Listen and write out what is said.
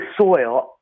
soil